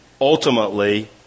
ultimately